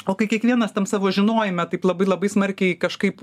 o kai kiekvienas tam savo žinojome taip labai labai smarkiai kažkaip